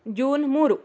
June ಮೂರು